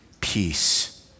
peace